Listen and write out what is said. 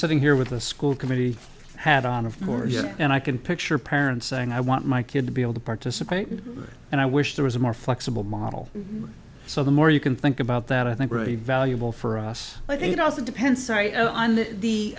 sitting here with the school committee had on of course and i can picture parents saying i want my kid to be able to participate and i wish there was a more flexible model so the more you can think about that i think are very valuable for us but it also depends